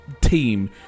team